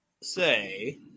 say